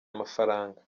amafaranga